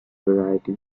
variety